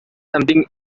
something